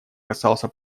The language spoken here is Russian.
касался